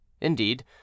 Indeed